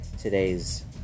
today's